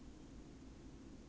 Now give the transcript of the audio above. ya jemimah wei